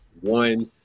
one